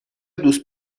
دوست